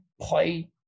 play